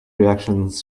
reactions